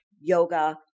yoga